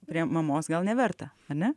prie mamos gal neverta ane